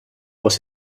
was